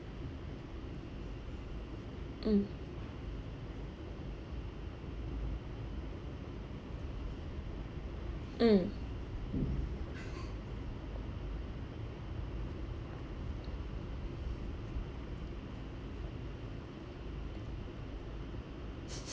mm mm